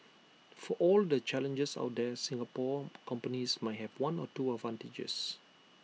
for all the challenges out there Singapore companies might have one or two advantages